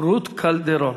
רות קלדרון.